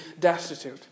destitute